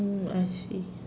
mm I see